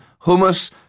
hummus